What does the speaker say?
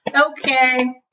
okay